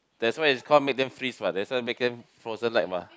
that's why is called make them freeze what that's why make them frozen like mah